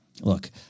Look